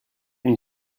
une